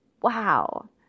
Wow